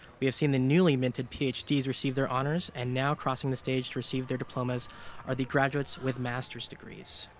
we have seen the newly minted ph ds. receive their honors, and now crossing the stage to receive their diplomas are the graduates with master's degrees.